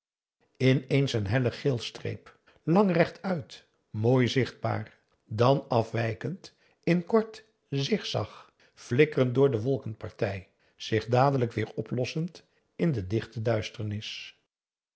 ineens een helle geel streep lang rechtuit mooi zichtbaar dan afwijkend in kort zig-zag flikkerend door de wolkenpartij zich dadelijk weer oplossend in de dichte duisternis